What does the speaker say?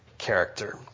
character